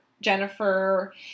Jennifer